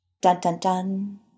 dun-dun-dun